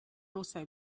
also